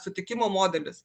sutikimo modelis